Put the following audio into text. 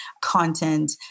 content